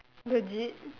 legit